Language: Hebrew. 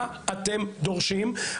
מה אתם דורשים?